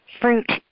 fruit